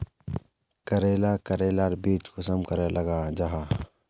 करेला करेलार बीज कुंसम करे लगा जाहा?